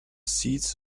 seeds